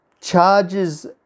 charges